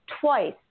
twice